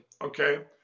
okay